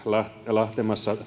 lähtemässä